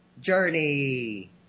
Journey